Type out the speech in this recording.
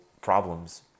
problems